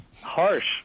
harsh